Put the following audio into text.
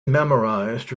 memorised